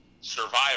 survival